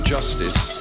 Justice